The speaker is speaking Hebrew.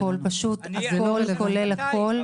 הכול כולל הכול.